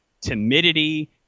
timidity